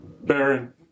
Baron